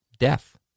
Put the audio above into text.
death